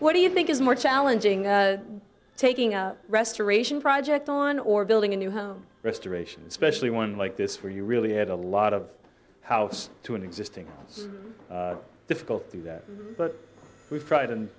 what do you think is more challenging taking a restoration project on or building a new home restoration especially one like this where you really had a lot of house to an existing it's difficult to do that but we've tried and